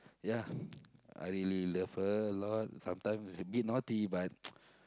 yeah I really love her a lot sometime a bit naughty but